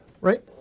Right